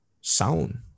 sound